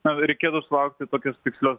na reikėtų sulaukti tokios tikslios